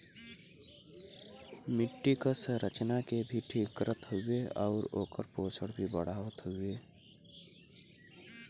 मट्टी क संरचना के भी ठीक करत हउवे आउर ओकर पोषण भी बढ़ावत हउवे